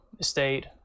state